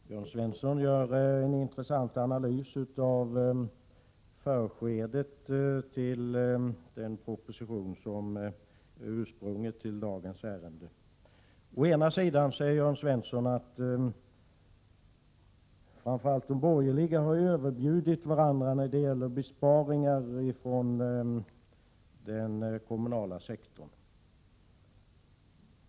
Herr talman! Jörn Svensson gör en intressant analys av förskedet till den proposition som ligger till grund för det betänkande vi nu behandlar. Å ena sidan säger Jörn Svensson att framför allt de borgerliga överbjudit varandra när det gäller att åstadkomma besparingar på den kommunala sektorn.